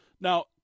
Now